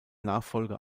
nachfolger